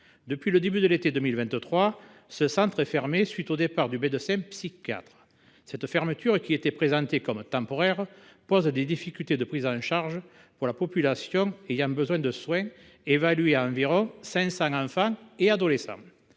Depuis le début de l’été 2023, ce centre est fermé à la suite du départ du médecin psychiatre. Cette fermeture, qui était présentée comme temporaire, pose des difficultés de prise en charge pour la population ayant besoin de soins, évaluée à environ 500 enfants et adolescents.